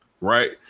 right